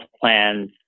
plans